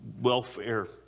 welfare